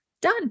done